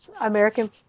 American